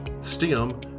STEM